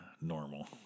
normal